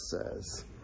says